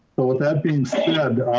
but with that being said,